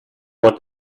want